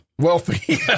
Wealthy